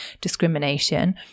discrimination